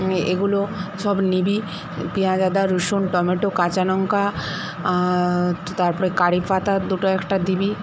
এগুলো সব নিবি পেয়াঁজ আদা রসুন টম্যাটো কাঁচা লঙ্কা তারপরে কারিপাতা দুটো একটা দিবি